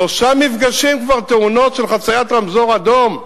שלושה מפגשים, כבר תאונות של חצייה ברמזור אדום.